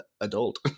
adult